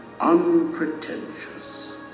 unpretentious